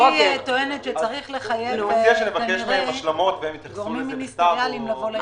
אני מציע שנבקש מהם השלמות והם יתייחסו לזה בכתב.